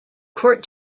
court